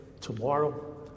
tomorrow